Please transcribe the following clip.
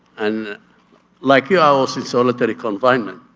and like you, i was in solitary confinement,